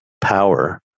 power